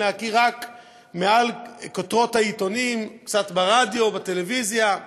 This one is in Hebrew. לעשות רק מכותרות העיתונים וקצת רדיו וטלוויזיה?